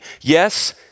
yes